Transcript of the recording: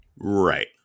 Right